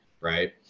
right